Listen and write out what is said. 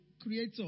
creator